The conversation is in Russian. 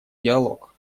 диалог